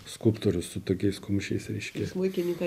skulptorius su tokiais kumščiais reiškias smuikininko